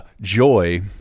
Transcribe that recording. Joy